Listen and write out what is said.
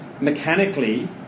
Mechanically